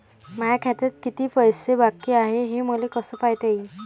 माया खात्यात किती पैसे बाकी हाय, हे मले कस पायता येईन?